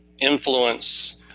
influence